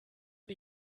die